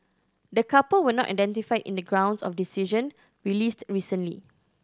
the couple were not identified in the grounds of decision released recently